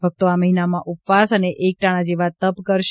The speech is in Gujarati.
ભકતો આ મહિનામાં ઉપવાસ અને એકટાણા જેવા તપ કરશે